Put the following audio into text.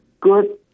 Good